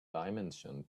dimension